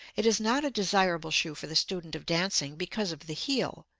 it is not a desirable shoe for the student of dancing because of the heel.